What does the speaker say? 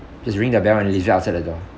just ring the bell and leave it outside the door